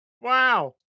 Wow